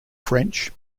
french